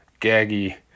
gaggy